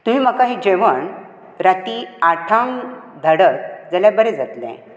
तुमी म्हाका हे जेवण राती आठांक धाडत जाल्यार बरें जातले